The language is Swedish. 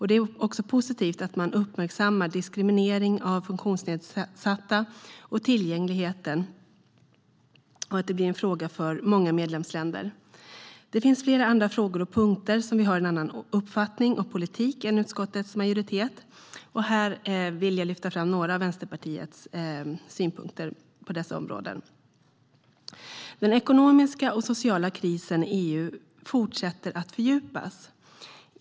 Det är också positivt att man uppmärksammar diskriminering av funktionsnedsatta och tillgängligheten och att det blir en fråga för många medlemsländer. Den ekonomiska och sociala krisen i EU fortsätter att fördjupas.